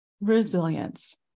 resilience